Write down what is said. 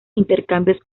intercambios